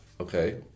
Okay